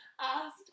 asked